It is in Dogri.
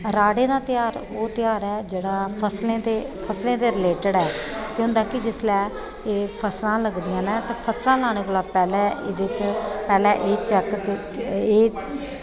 राह्ड़ें दा ध्यार ओह् ध्यार ऐ जेह्ड़ा फसलें दे रिलेटिड ऐ केह् होंदा की जिसलै एह् फसलां लगदियां न फसलां लानै कोला पैह्लें एह्दे च पैह्लें एह् चैक ते